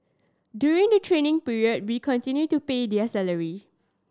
during the training period we continue to pay their salary